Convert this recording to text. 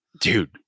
dude